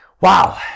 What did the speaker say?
wow